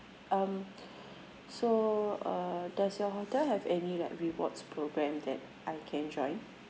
um so uh does your hotel have any like rewards programme that I can join